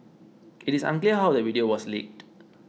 it is unclear how the video was leaked